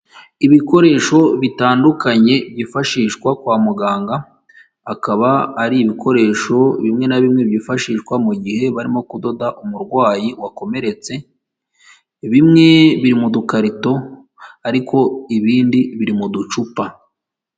Ibikoresho bitandukanye byifashishwa kwa muganga, akaba ari ibikoresho bimwe na bimwe byifashishwa mu gihe barimo kudoda umurwayi wakomeretse, bimwe biri mu dukarito ariko ibindi biri mu ducupa.